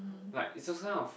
like it's a sign of